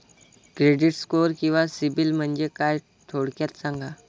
Credit score किंवा CIBIL म्हणजे काय? थोडक्यात सांगा